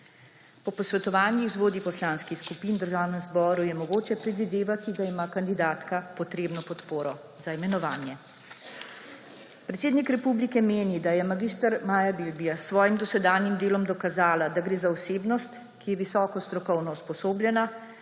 Po posvetovanjih z vodji poslanskih skupin v Državnem zboru je mogoče predvidevati, da ima kandidatka potrebno podporo za imenovanje. Predsednik republike meni, da je mag. Maja Bilbija s svojim dosedanjim delom dokazala, da gre za osebnost, ki je visoko strokovno usposobljena,